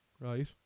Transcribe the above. Right